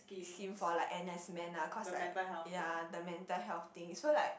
scheme for like N_S man lah cause like ya the mental health thing so like